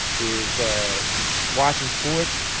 is ah watching sports,